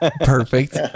Perfect